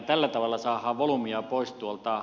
tällä tavalla saadaan volyymiä pois tuolta